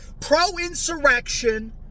pro-insurrection